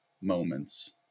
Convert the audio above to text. moments